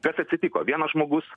kas atsitiko vienas žmogus